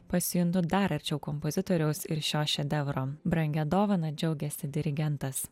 pasijuntu dar arčiau kompozitoriaus ir šio šedevro brangia dovana džiaugiasi dirigentas